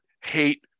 hate